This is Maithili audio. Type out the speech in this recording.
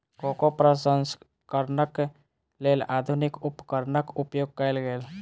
कोको प्रसंस्करणक लेल आधुनिक उपकरणक उपयोग कयल गेल